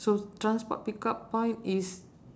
so transport pick up point is